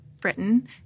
Britain